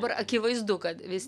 dabar akivaizdu kad vis